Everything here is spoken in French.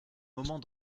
moment